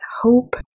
hope